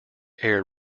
air